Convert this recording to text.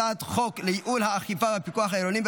הצעת חוק לייעול האכיפה והפיקוח העירוניים